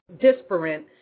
disparate